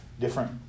different